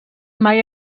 mai